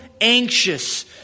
anxious